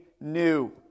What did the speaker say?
new